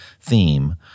theme